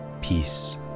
peace